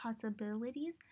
possibilities